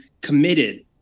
committed